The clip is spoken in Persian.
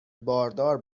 باردار